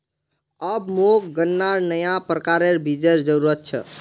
अब मोक गन्नार नया प्रकारेर बीजेर जरूरत छ